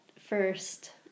first